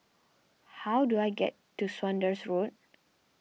how do I get to Saunders Road